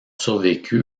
survécu